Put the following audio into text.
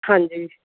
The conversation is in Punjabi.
ਹਾਂਜੀ